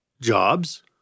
Jobs